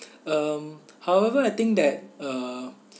um however I think that uh